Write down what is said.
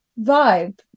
vibe